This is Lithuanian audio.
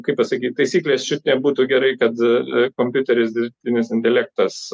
kaip pasakyt taisyklės čiut nebūtų gerai kad kompiuteris dirbtinis intelektas